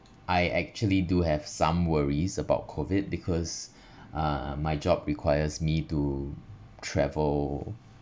I actually do have some worries about COVID because uh my job requires me to travel